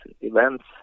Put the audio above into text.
events